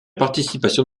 participation